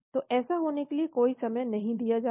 तो ऐसा होने के लिए कोई समय नहीं दिया जाता